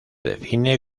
define